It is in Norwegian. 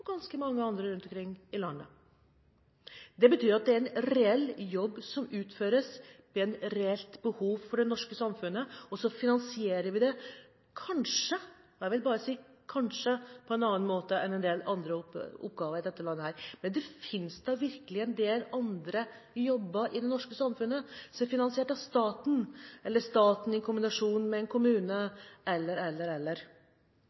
ganske mange andre rundt omkring i landet. Det betyr at det er en reell jobb som utføres, det er reelt behov for det norske samfunnet. Så finansierer vi det kanskje – jeg vil bare si «kanskje» – på en annen måte enn en del andre oppgaver i dette landet. Men det finnes da virkelig en del andre jobber i det norske samfunnet som er finansiert av staten, eller av staten i kombinasjon med en kommune – eller,